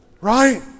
right